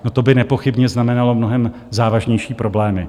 No to by nepochybně znamenalo mnohem závažnější problémy.